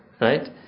right